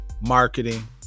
Marketing